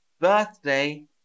Birthday